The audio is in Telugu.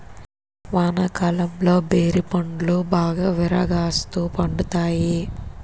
వానాకాలంలో బేరి పండ్లు బాగా విరాగాస్తు పండుతాయి